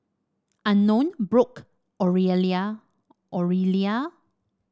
Unknown Brock Orelia